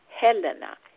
Helena